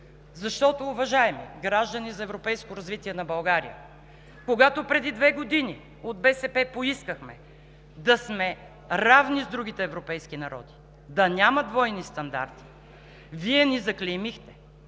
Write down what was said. защото, уважаеми „Граждани за европейско развитие на България“, когато преди две години от БСП поискахме да сме равни с другите европейски народи, да няма двойни стандарти, Вие ни заклеймихте.